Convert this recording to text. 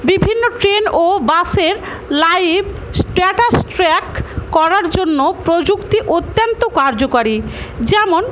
বিভিন্ন ট্রেন ও বাসের লাইভ স্ট্যাটাস ট্র্যাক করার জন্য প্রযুক্তি অত্যন্ত কার্যকারী যেমন